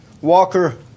Walker